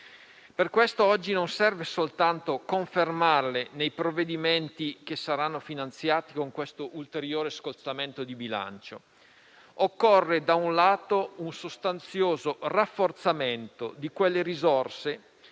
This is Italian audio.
Per questo oggi non serve soltanto confermarle, nei provvedimenti che saranno finanziati con questo ulteriore scostamento di bilancio. Occorrono, da un lato, un sostanzioso rafforzamento di quelle risorse